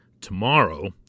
tomorrow